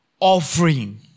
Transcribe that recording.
offering